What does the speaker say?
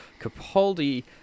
Capaldi